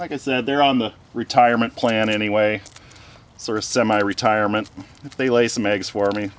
like i said they're on the retirement plan anyway sort of semi retirement if they lay some eggs for me